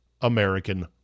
American